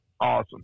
awesome